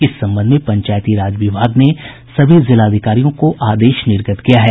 इस संबंध में पंचायती राज विभाग ने सभी जिलाधिकारियों को आदेश निर्गत किया है